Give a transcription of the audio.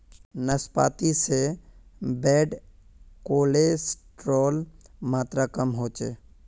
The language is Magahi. नाश्पाती से बैड कोलेस्ट्रोल मात्र कम होचे